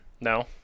No